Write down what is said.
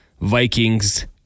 Vikings